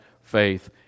faith